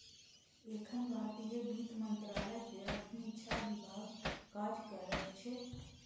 एखन भारतीय वित्त मंत्रालयक अधीन छह विभाग काज करैत छैक